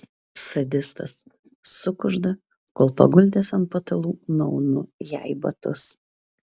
sadistas sukužda kol paguldęs ant patalų nuaunu jai batus